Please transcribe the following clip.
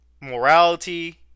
Morality